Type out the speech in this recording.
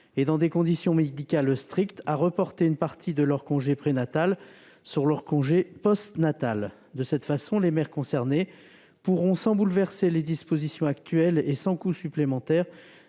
et dans des conditions médicales strictes, à reporter une partie de leur congé prénatal sur leur congé postnatal. Ainsi, les mères concernées pourront, sans bouleverser les dispositions actuelles et sans coût supplémentaire,